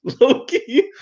Loki